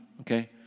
okay